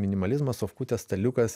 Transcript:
minimalizmas sofkutės staliukas